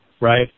right